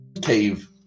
cave